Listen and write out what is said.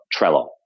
Trello